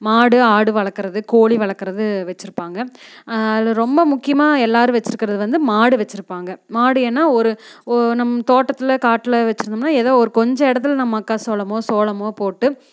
மாடு ஆடு வளர்க்குறது கோழி வளர்க்குறது வச்சிருப்பாங்க அதில் ரொம்ப முக்கியமாக எல்லோரும் வச்சிருக்குறது வந்து மாடு வச்சிருப்பாங்க மாடு ஏன்னா ஒரு நம் தோட்டத்தில் காட்டில் வச்சிருந்தம்னா எதோ ஒரு கொஞ்சம் இடத்துல இந்த மக்காசோளம் சோளம் போட்டு